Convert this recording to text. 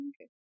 okay